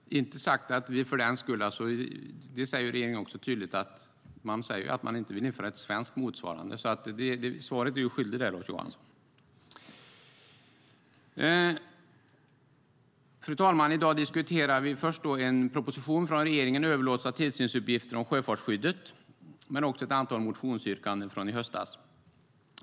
Regeringen säger också tydligt att man inte vill införa ett svenskt motsvarande, så där är Lars Johansson svaret skyldig. Fru talman! I dag diskuterar vi först en proposition från regeringen, Överlåtelse av tillsynsuppgifter inom sjöfarten , och även ett antal motionsyrkanden från i höstas.